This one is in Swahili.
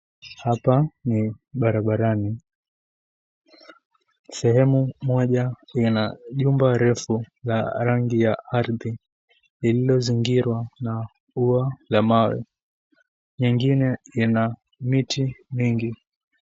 Hapa ni barabarani, sehemu moja ina jumba refu za rangi ya ardhi lililozingirwa na ua la mawe. Nyingine ina miti mingi.